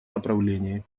направлении